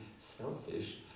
selfish